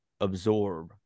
absorb